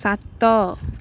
ସାତ